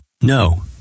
No